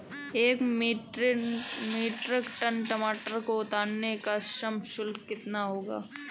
एक metric tonne टमाटर को उतारने का श्रम शुल्क कितना होगा?